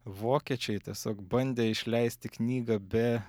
vokiečiai tiesiog bandė išleisti knygą be